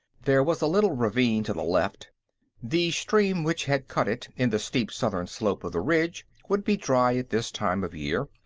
there was a little ravine to the left the stream which had cut it in the steep southern slope of the ridge would be dry at this time of year,